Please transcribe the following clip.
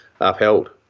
upheld